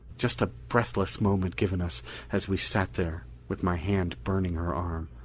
just a breathless moment given us as we sat there with my hand burning her arm,